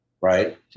right